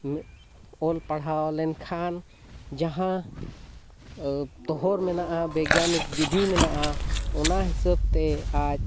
ᱩᱱᱟᱹᱜ ᱚᱞ ᱯᱟᱲᱦᱟᱣ ᱞᱮᱱ ᱠᱷᱟᱱ ᱡᱟᱦᱟᱸ ᱛᱚᱦᱚᱲ ᱢᱮᱱᱟᱜᱼᱟ ᱵᱳᱭᱜᱟᱱᱤᱠ ᱵᱤᱫᱷᱤ ᱢᱮᱱᱟᱜᱼᱟ ᱚᱱᱟ ᱦᱤᱥᱟᱹᱵ ᱛᱮ ᱟᱡ